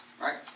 right